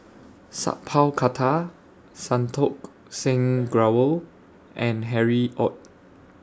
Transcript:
Sat Pal Khattar Santokh Singh Grewal and Harry ORD